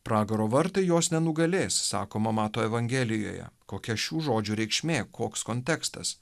pragaro vartai jos nenugalės sakoma mato evangelijoje kokia šių žodžių reikšmė koks kontekstas